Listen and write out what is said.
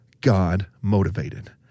God-motivated